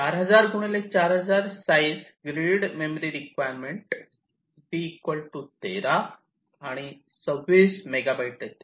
4000 4000 size grid memory requirement B 13 आणि 26 megabyte येते